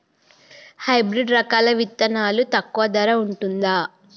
Hybrid రకాల విత్తనాలు తక్కువ ధర ఉంటుందా?